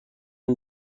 این